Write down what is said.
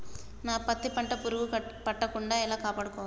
నా పత్తి పంట పురుగు పట్టకుండా ఎలా కాపాడుకోవాలి?